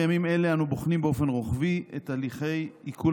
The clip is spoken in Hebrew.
בימים אלו אנו בוחנים באופן רוחבי את הליכי עיקול